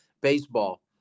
baseball